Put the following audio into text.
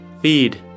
feed